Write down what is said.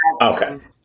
Okay